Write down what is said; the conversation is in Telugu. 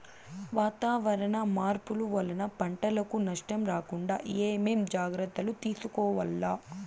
వాతావరణ మార్పులు వలన పంటలకు నష్టం రాకుండా ఏమేం జాగ్రత్తలు తీసుకోవల్ల?